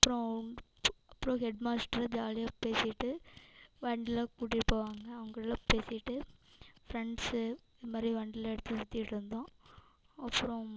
அப்றம் அப்றம் ஹெட்மாஸ்டரு ஜாலியாக பேசிட்டு வண்டிலாம் கூட்டிகிட்டு போவாங்க அவங்கூடலாம் பேசிட்டு ஃப்ரெண்ட்ஸு இது மாதிரி வண்டிலாம் எடுத்து சுற்றிட்ருந்தோம் அப்றம்